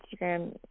Instagram